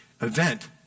event